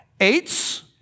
Eights